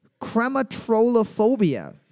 Crematrolophobia